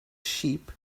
sheep